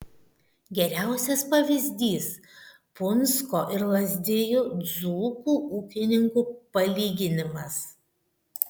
geriausias pavyzdys punsko ir lazdijų dzūkų ūkininkų palyginimas